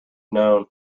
known